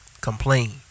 complain